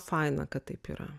faina kad taip yra